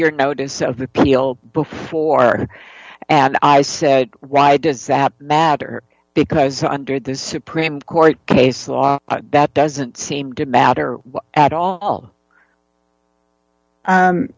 your notice of appeal before and i said right does that matter because under this supreme court case law that doesn't seem to matter at all